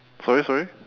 sorry sorry